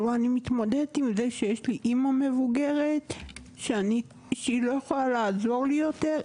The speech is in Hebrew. אני מתמודדת עם זה שיש לי אמא מבוגרת שהיא לא יכולה לעזור לי יותר,